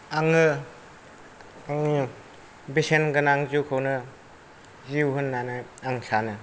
आङो बेसेनगोनां जिउखौनो जिउ होननानै आं सानो